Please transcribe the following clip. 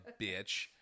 bitch